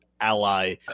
ally